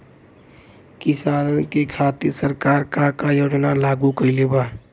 किसानन के खातिर सरकार का का योजना लागू कईले बा?